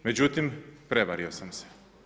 Međutim, prevario sam se.